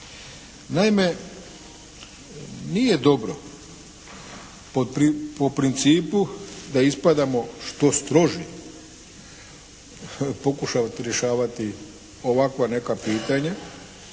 Naime, nije dobro po principu da ispadamo što stroži pokušati rješavati ovakva neka pitanja.